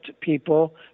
people